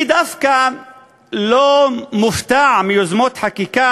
ואני דווקא לא מופתע מיוזמות חקיקה